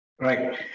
Right